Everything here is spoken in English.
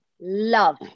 love